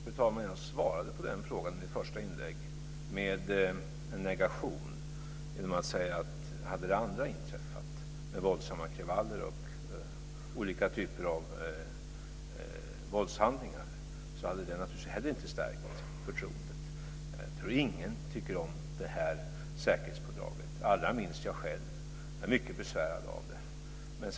Fru talman! Jag svarade på den frågan i mitt första inlägg med en negation. Jag sade att om det andra hade inträffat, våldsamma kravaller och olika typer av våldshandlingar, hade det naturligtvis inte heller stärkt förtroendet. Jag tror inte att någon tycker om säkerhetspådraget, allra minst jag själv. Jag är mycket besvärad av det.